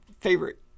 favorite